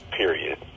period